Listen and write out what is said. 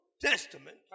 Testament